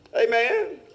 Amen